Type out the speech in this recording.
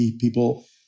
people